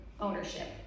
ownership